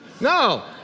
No